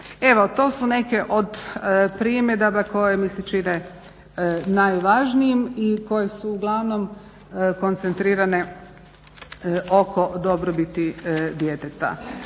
Evo to su neke od primjedaba koje mi se čine najvažnijim i koje su uglavnom koncentrirane oko dobrobiti djeteta,